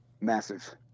massive